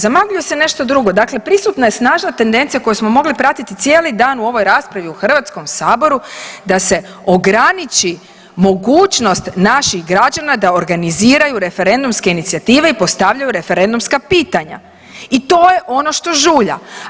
Zamagljuje se nešto drugo, dakle prisutna je snažna tendencija koju smo mogli pratiti cijeli dan u ovoj raspravi u Hrvatskom saboru da se ograniči mogućnost naših građana da organiziraju referendumske inicijative i postavljaju referendumska pitanja i to je ono što žulja.